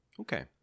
Okay